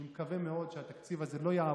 אני מקווה מאוד שהתקציב הזה לא יעבור,